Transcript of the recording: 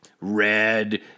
red